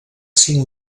cinc